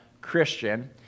Christian